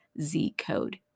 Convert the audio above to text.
Z-code